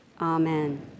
amen